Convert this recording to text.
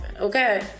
Okay